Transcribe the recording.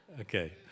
okay